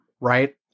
right